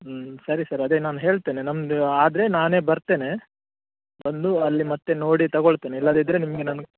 ಹ್ಞೂ ಸರಿ ಸರ್ ಅದೆ ನಾನು ಹೇಳ್ತೇನೆ ನಮ್ದು ಆದರೆ ನಾನೇ ಬರ್ತೆನೆ ಬಂದು ಅಲ್ಲಿ ಮತ್ತು ನೋಡಿ ತಗೊಳ್ತೇನೆ ಇಲ್ಲದಿದ್ದರೆ ನಿಮಗೆ ನಾನು